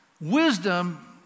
Wisdom